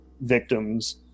victims